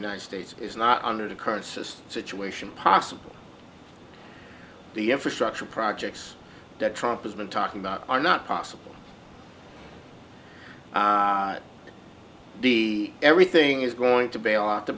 united states is not under the current system situation possible the infrastructure projects that trump has been talking about are not possible the everything is going to bail out the